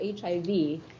HIV